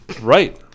Right